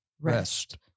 rest